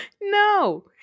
No